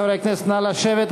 חברי הכנסת, נא לשבת.